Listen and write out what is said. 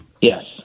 Yes